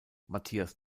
matthias